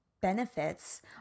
benefits